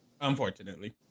Unfortunately